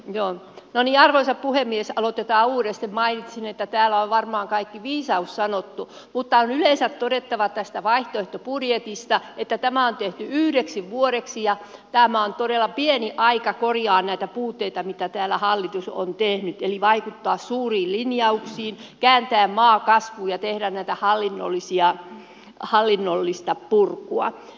täällä on töniarvoisa puhemies aloiteta uudesta mainitsin että täällä varmaan kaikki viisaus sanottu mutta on yleensä todettava tästä vaihtoehtobudjetista että tämä on tehty yhdeksi vuodeksi ja tämä on todella pieni aika korjata näitä puutteita mitä täällä hallitus on tehnyt eli vaikuttaa suuriin linjauksiin kääntää maa kasvuun ja tehdä hallinnollista purkua